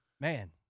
man